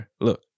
Look